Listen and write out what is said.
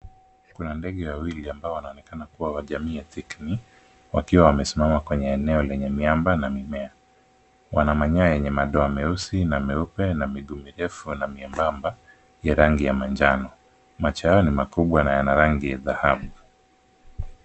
Kuna ndege wawili ambao wanaonekana kuwa wa jamii ya thikni, wakiwa wamesimama kwenye eneo lenye miamba na mimea. Wanamanyoa yenye madoa meusi na meupe na mijuu mirefu na mwiebamba ya rangi ya manjano. Macho yao ni makubwa na yana rangi ya dhahabu.